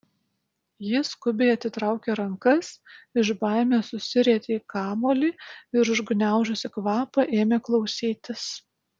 ji skubiai atitraukė rankas iš baimės susirietė į kamuolį ir užgniaužusi kvapą ėmė klausytis